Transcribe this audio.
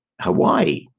Hawaii